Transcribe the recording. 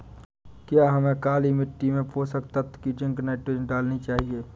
क्या हमें काली मिट्टी में पोषक तत्व की जिंक नाइट्रोजन डालनी चाहिए?